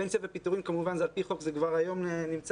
פנסיה ופיטורים שזה כמובן על פי חוק וכבר היום נמצא.